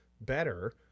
better